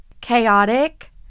Chaotic